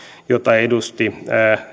jota edusti